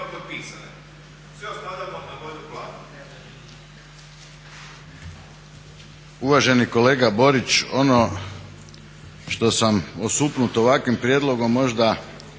Uvaženi kolega Borić, ono što sam osupnut ovakvim prijedlogom možda